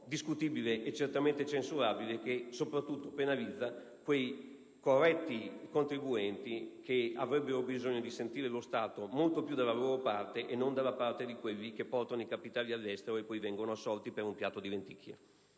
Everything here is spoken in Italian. discutibile e certamente censurabile, e soprattutto che penalizzi i corretti contribuenti, i quali avrebbero bisogno di sentire lo Stato molto più dalla loro parte e non dalla parte di coloro che portano i capitali all'estero e poi vengono assolti per un piatto di lenticchie!